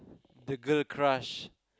the girl crush